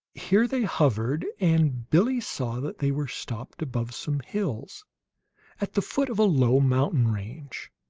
here they hovered, and billie saw that they were stopped above some hills at the foot of a low mountain range.